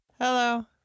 Hello